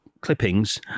clippings